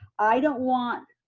i don't want,